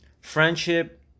friendship